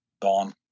gone